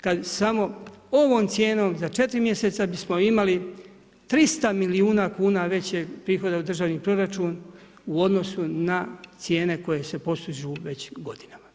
kad samo ovom cijenom za 4 mjeseca bismo imali 300 milijuna kuna veće prihode u državni proračun u odnosu na cijene koje se postižu već godinama.